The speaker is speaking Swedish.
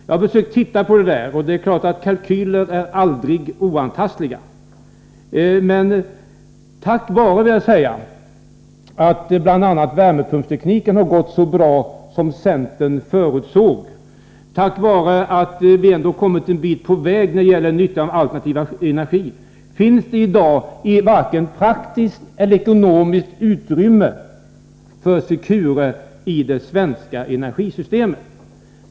Jag har funderat över detta, och det är klart att kalkyler aldrig är oantastliga, men tack vare att bl.a. värmepumpstekniken har gått så bra som centern förutsåg och tack vare att vi ändå kommit en bit på väg när det gäller nyttjande av alternativ energi, finns det i dag varken praktiskt eller ekonomiskt utrymme för Secure i det svenska energisystemet.